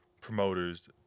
promoters